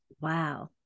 Wow